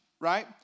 right